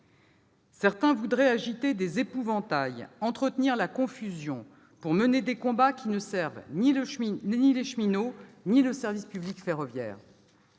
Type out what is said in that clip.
Certains voudraient agiter des épouvantails, entretenir la confusion, pour mener des combats qui ne servent ni les cheminots ni le service public ferroviaire.